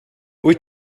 wyt